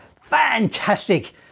Fantastic